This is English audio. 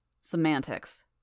Semantics